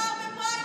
אתה נבחר בפריימריז,